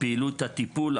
פעילות הטיפול,